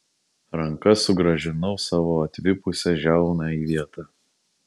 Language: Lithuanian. ranka sugrąžinau savo atvipusią žiauną į vietą